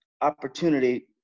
opportunity